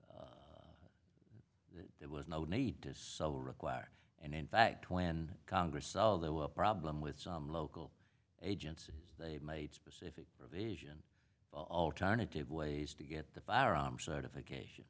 law there was no need to sell required and in fact when congress sell there were a problem with local agencies they made specific provision alternative ways to get the firearm certification